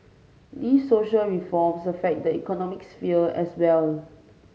these social reforms affect the economic sphere as well